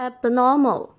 Abnormal